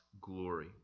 glory